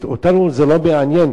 אותנו זה לא מעניין,